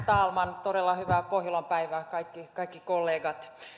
talman todella hyvää pohjolan päivää kaikki kaikki kollegat